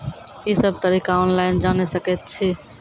ई सब तरीका ऑनलाइन जानि सकैत छी?